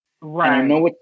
Right